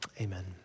amen